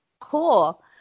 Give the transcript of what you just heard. Cool